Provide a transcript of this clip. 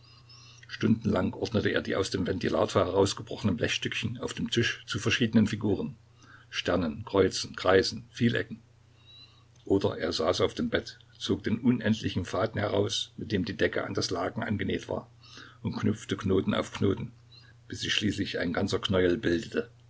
stundenlang ordnete er die aus dem ventilator herausgebrochenen blechstückchen auf dem tisch zu verschiedenen figuren sternen kreuzen kreisen vielecken oder er saß auf dem bett zog den unendlichen faden heraus mit dem die decke an das laken angenäht war und knüpfte knoten auf knoten bis sich schließlich ein ganzer knäuel bildete